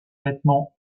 vêtements